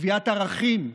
קביעת ערכים,